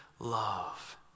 Love